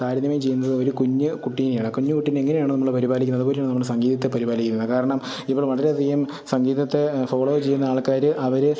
താരതമ്യം ചെയ്യുന്നത് ഒരു കുഞ്ഞു കുട്ടിയെയാണ് കുഞ്ഞു കുട്ടിയെ എങ്ങനെയാണോ നമ്മൾ പരിപാലിക്കുന്നത് അതു പോലെയാണ് നമ്മൾ സംഗീതത്തെ പരിപാലിക്കുന്നത് കാരണം ഇവ വളരെയധികം സംഗീതത്തെ ഫോളോ ചെയ്യുന്ന ആൾക്കാർ അവർ